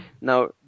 now